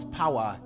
power